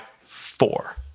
four